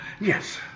Yes